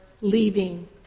leaving